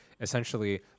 essentially